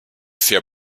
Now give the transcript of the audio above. für